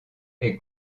est